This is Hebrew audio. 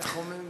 איך אומרים?